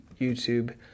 YouTube